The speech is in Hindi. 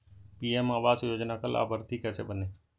पी.एम आवास योजना का लाभर्ती कैसे बनें?